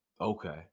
Okay